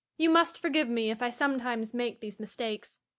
you must forgive me if i sometimes make these mistakes.